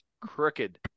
Crooked